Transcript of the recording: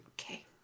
Okay